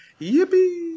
Yippee